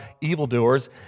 evildoers